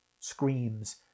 Screams